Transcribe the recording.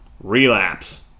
Relapse